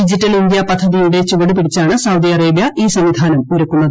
digital India പദ്ധതിയുടെ ചുവട് പിടിച്ചാണ് സൌദി ഈ സംവിധാന്റ് ഒരുക്കുന്നത്